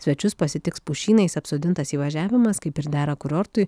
svečius pasitiks pušynais apsodintas įvažiavimas kaip ir dera kurortui